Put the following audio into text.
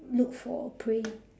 look for a prey